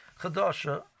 chadasha